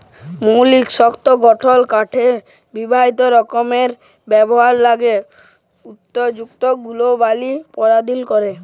মৌলিক শক্ত গঠল কাঠকে বহুত রকমের ব্যাভারের ল্যাযে উপযুক্ত গুলবলি পরদাল ক্যরে